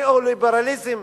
הניאו-ליברליזם